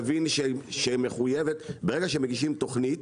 תבין שהיא מחויבת ברגע שמגישים תכנית